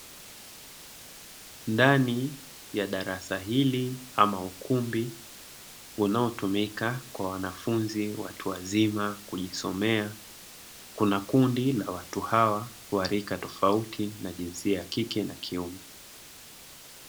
Ndani ya darasa hili ama ukumbi unaotumika kwa wanafunzi watu wazima kujisomea kuna kundi la watu hawa wa rika tofauti na jinsia ya kike na kiume.